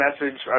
message